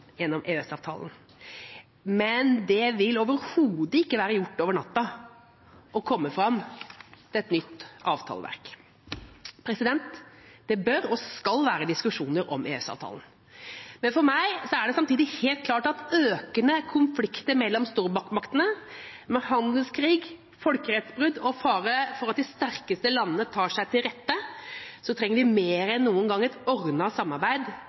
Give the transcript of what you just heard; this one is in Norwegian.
gjennom EØS-avtalen, men det vil overhodet ikke være gjort over natta å komme fram til et nytt avtaleverk. Det bør og skal være diskusjoner om EØS-avtalen. Men for meg er det samtidig helt klart at med økende konflikter mellom stormaktene, med handelskrig, folkerettsbrudd og fare for at de sterkeste landene tar seg til rette, trenger vi mer enn noen gang et ordnet samarbeid